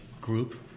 group